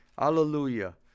Hallelujah